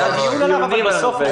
היה דיון עליו, אבל בסוף לא אושר.